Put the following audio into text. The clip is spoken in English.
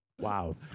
Wow